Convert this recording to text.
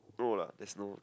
no lah there's no